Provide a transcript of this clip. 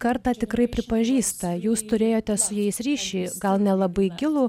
kartą tikrai pripažįsta jūs turėjote su jais ryšį gal nelabai gilų